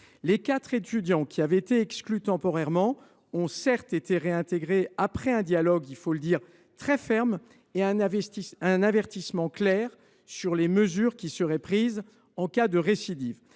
Les quatre étudiants exclus temporairement ont certes été réintégrés, mais après un dialogue très ferme et un avertissement clair sur les mesures qui seraient prises en cas de récidive.